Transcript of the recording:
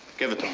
give it to him.